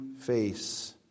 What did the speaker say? face